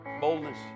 boldness